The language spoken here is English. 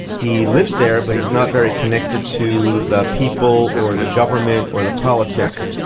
he lives there but he's not very connected to the people or the government or the politics.